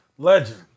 Legend